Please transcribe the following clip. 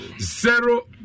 zero